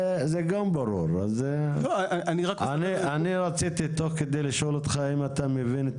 תוך כדי דבריך רציתי לשאול אותך אם אתה מבין את